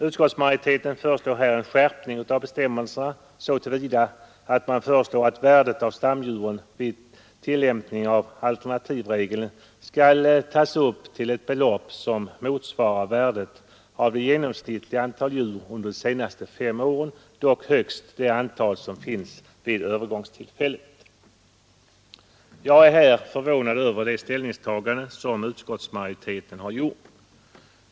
Utskottsmajoriteten föreslår här en skärpning av bestämmelserna så till vida som man föreslår att värdet av stamdjur vid tillämpning av alternativregeln skall tas upp till ett belopp som motsvarar värdet av det genomsnittliga antalet djur under de senaste fem åren, dock högst det antal som finns vid övergångstillfället. Jag är förvånad över det ställningstagande utskottsmajoriteten gjort.